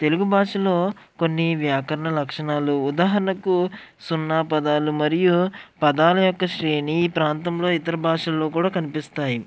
తెలుగు భాషలో కొన్ని వ్యాకరణ లక్షణాలు ఉదాహరణకు సున్నా పదాలు మరియు పదాల యొక్క శ్రేణి ఈ ప్రాంతంలో ఇతర భాషల్లో కూడా కనిపిస్తాయి